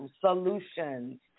solutions